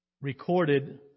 recorded